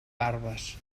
barbes